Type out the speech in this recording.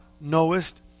knowest